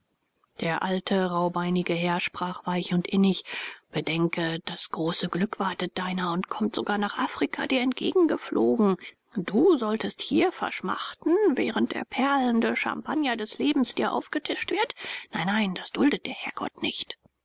der alte rauhbeinige herr sprach weich und innig bedenke das große glück wartet deiner und kommt sogar nach afrika dir entgegengeflogen du solltest hier verschmachten während der perlende champagner des lebens dir aufgetischt wird nein nein das duldet der herrgott nicht